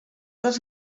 dels